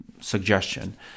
suggestion